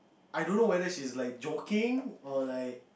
I don't know whether she is like joking or like